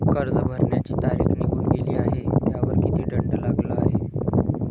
कर्ज भरण्याची तारीख निघून गेली आहे त्यावर किती दंड लागला आहे?